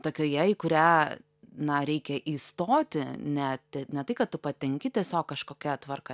tokioje į kurią na reikia įstoti net ne tai kad tu patenki tiesiog kažkokia tvarka